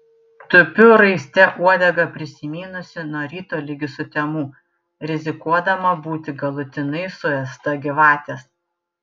tupiu raiste uodegą prisimynusi nuo ryto ligi sutemų rizikuodama būti galutinai suėsta gyvatės